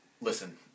listen